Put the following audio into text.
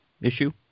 issue